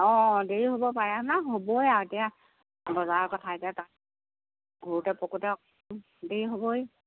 অঁ অঁ দেৰি হ'ব পাৰে হ'বই আৰু এতিয়া তাত বজাৰৰ কথা এতিয়া ঘূৰোতে পকোতে দেৰি হ'বই